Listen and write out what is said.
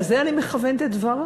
ולכן לזה אני מכוונת את דברי.